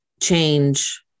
change